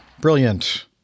Brilliant